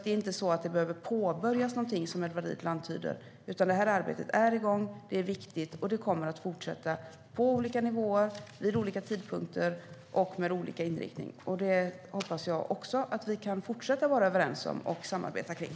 Det är inte så att det behöver påbörjas något, som Edward Riedl antyder, utan det här arbetet är igång, det är viktigt, och det kommer att fortsätta på olika nivåer, vid olika tidpunkter och med olika inriktning. Det hoppas jag att vi kan fortsätta att vara överens om och samarbeta kring.